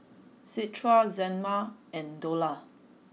Citra Zaynab and Dollah